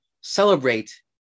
Celebrate